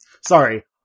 Sorry